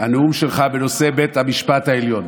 הנאום שלך בנושא בית המשפט העליון.